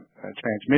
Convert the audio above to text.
transmission